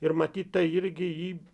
ir matyt tai irgi jį